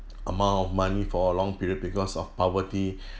amount of money for a long period because of poverty